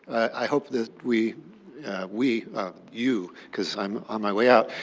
i hope that we we you because i'm on my way out,